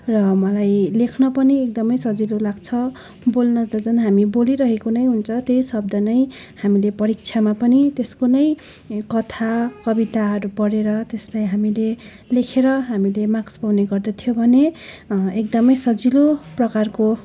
र मलाई लेख्न पनि एकदमै सजिलो लाग्छ बोल्न त झन् हामी बोलिरहेको नै हुन्छ त्यही शब्द नै हामीले परिक्षामा पनि त्यसको नै कथा कविताहरू पढेर त्यसलाई हामीले लेखेर हामीले मार्क्स पाउने गर्दथ्यौँ भने एकदमै सजिलो प्रकारको